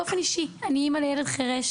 אני באופן אישי אני אמא לילד חירש